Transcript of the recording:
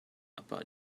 about